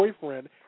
boyfriend